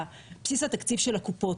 לבסיס התקציב של הקופות,